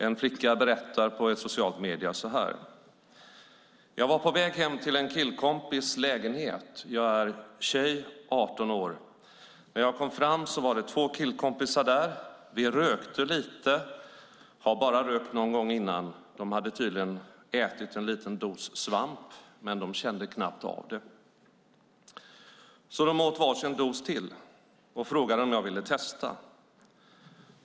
En flicka berättar via ett socialt medium så här: Jag var på väg hem till en killkompis lägenhet - jag är tjej, 18 år. När jag kom fram så var det två killkompisar där. Vi rökte lite, har bara rökt någon gång innan. De hade tydligen ätit en liten dos svamp, men de kände knappt av det, så de åt varsin dos till och frågade om jag ville testa.